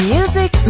Music